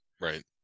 right